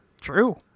True